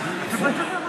כיהנו,